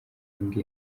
imbwa